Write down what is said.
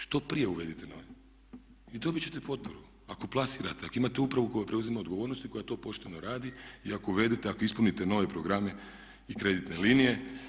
Što prije uvedite nove i dobit ćete potporu ako plasirate, ako imate upravu koja preuzima odgovornost i koja to pošteno radi i ako uvedete, ako ispunite nove programe i kreditne linije.